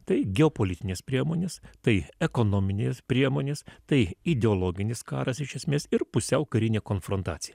tai geopolitinės priemonės tai ekonominės priemonės tai ideologinis karas iš esmės ir pusiau karinė konfrontacija